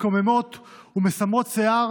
מקוממות ומסמרות שיער